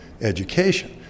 education